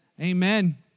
Amen